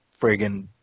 friggin